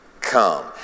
come